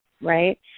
right